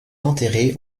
enterrée